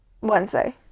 Wednesday